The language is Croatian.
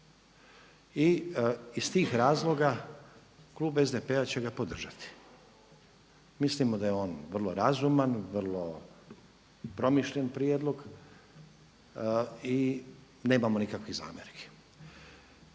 I iz tih razloga klub SDP-a će ga podržati. Mislimo da je on vrlo razuman, vrlo promišljen prijedlog i nemamo nikakvih zamjerki.